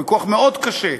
ויכוח מאוד קשה,